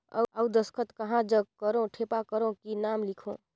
अउ दस्खत कहा जग करो ठेपा करो कि नाम लिखो?